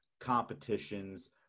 competitions